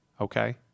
Okay